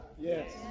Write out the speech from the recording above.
Yes